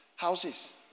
houses